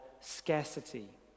scarcity